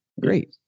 Great